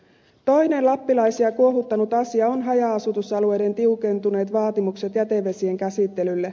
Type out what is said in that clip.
toinen lappilaisia kuohuttanut asia on haja asutusalueiden tiukentuneet vaatimukset jätevesien käsittelylle